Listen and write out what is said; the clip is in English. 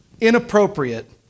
inappropriate